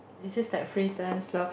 it is just like freelancer lor